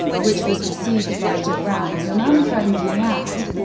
which was perceived by japan as an unfriendly act.